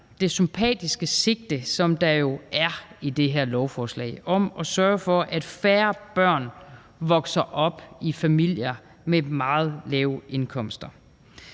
det sympatiske sigte, som der jo er i det her lovforslag, med at sørge for, at færre børn vokser op i familier med meget lave indkomster.